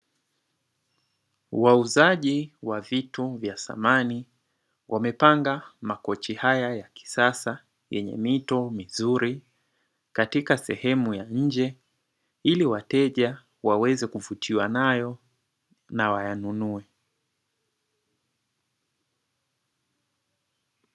Wauzaji wa vitu vya samani wamepanga makochi haya ya kisasa yenye mito mizuri katika sehemu ya nje, ili wateja waweze kuvutiwa nayo na wayanunue.